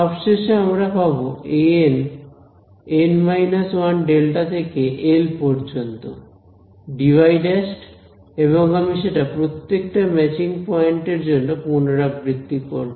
সবশেষে আমরা পাব aN N − 1Δ থেকে L পর্যন্ত dy ′ এবং আমি সেটা প্রত্যেকটা ম্যাচিং পয়েন্টের জন্য পুনরাবৃত্তি করব